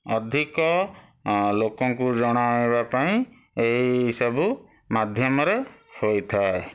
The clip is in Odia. ଅଧିକ ଲୋକଙ୍କୁ ଜଣାଇବା ପାଇଁ ଏହି ସବୁ ମାଧ୍ୟମରେ ହୋଇଥାଏ